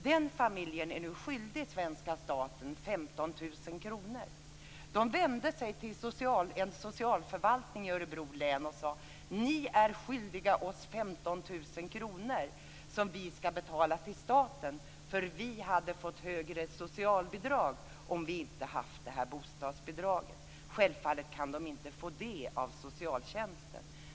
Den familjen är nu skyldig svenska staten 15 000 kr. De vände sig till socialförvaltningen i Örebro län och sade: Ni är skyldiga oss 15 000 kr som vi skall betala till staten, för vi hade fått högre socialbidrag om vi inte haft det här bostadsbidraget. Självfallet kan de inte få det av socialtjänsten.